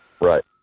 Right